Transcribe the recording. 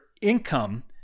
income